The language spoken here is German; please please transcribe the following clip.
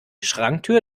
schranktür